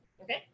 Okay